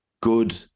good